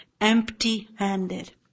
empty-handed